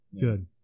Good